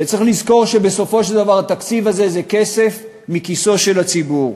וצריך לזכור שבסופו של דבר התקציב הזה זה כסף מכיסו של הציבור.